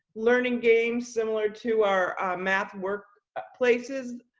learning games similar to our math work places,